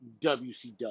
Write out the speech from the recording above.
WCW